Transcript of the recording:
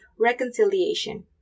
reconciliation